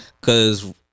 Cause